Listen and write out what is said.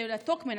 של הטוקמן,